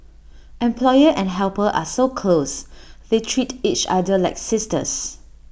employer and helper are so close they treat each other like sisters